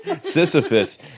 Sisyphus